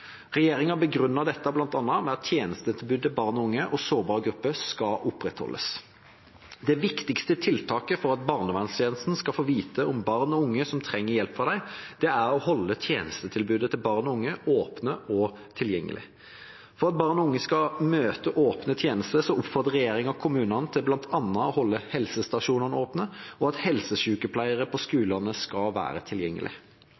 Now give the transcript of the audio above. Regjeringa begrunnet dette bl.a. med at tjenestetilbudet til barn, unge og sårbare grupper skal opprettholdes. Det viktigste tiltaket for at barneverntjenesten skal få vite om barn og unge som trenger hjelp fra dem, er å holde tjenestetilbudet til barn og unge åpent og tilgjengelig. For at barn og unge skal møte åpne tjenester, oppfordrer regjeringa kommunene til bl.a. å holde helsestasjonene åpne, og at helsesykepleiere på